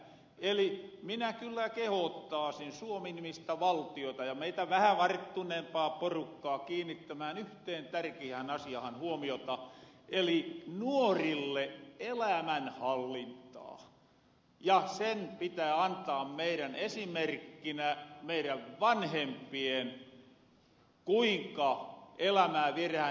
eli minä kyllä kehoottaasin suomi nimistä valtiota ja meitä vähä varttuneempaa porukkaa kiinnittämään yhteen tärkiään asiahan huomiota eli nuorille elämänhallintaa ja sen pitää antaa meirän esimerkkinä meirän vanhempien kuinka elämää vierähän eteenpäin